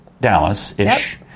Dallas-ish